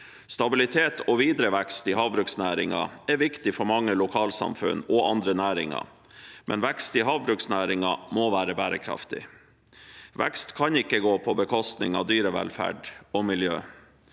Stabilitet og videre vekst i havbruksnæringen er viktig for mange lokalsamfunn og andre næringer, men vekst i havbruksnæringen må være bærekraftig. Vekst kan ikke gå på bekostning av dyrevelferd og miljø.